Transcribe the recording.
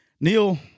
Neil